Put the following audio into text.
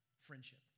friendship